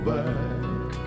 back